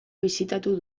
bisitatu